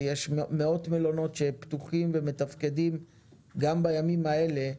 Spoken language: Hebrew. ויש מאות מלונות שפתוחים ומתפקדים גם בימים האלה,